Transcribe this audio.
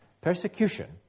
Persecution